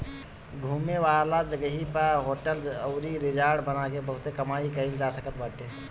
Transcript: घूमे वाला जगही पअ होटल अउरी रिजार्ट बना के बहुते कमाई कईल जा सकत बाटे